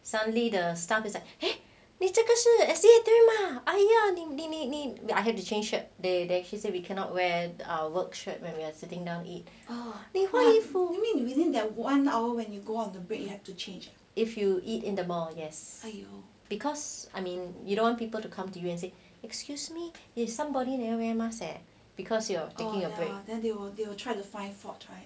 suddenly the staff is like !hey! 你这个是那个 S_D_A mah I didn't mean where I have to change it they then she said we cannot wear our work shirt where we are sitting down it then why you fool you mean you if you eat in the mall yes you because I mean you don't want people to come to us say excuse me if somebody never wear mindset because you are taking a break then they will they will try to find fault right